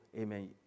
Amen